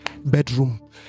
bedroom